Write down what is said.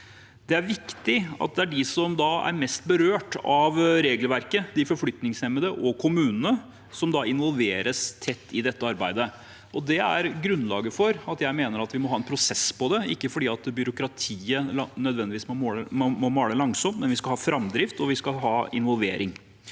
Det er viktig at de som er mest berørt av regelverket, de forflytningshemmede og kommunene, involveres tett i dette arbeidet. Det er grunnlaget for at jeg mener vi må ha en prosess på det, ikke fordi byråkratiet nødvendigvis må male langsomt, men vi skal ha framdrift, og vi skal ha involvering.